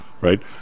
right